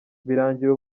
birangira